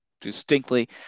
distinctly